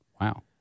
Wow